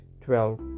twelve